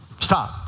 Stop